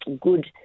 good